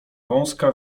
wąska